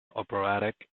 operatic